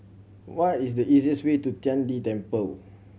what is the easiest way to Tian De Temple